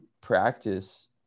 practice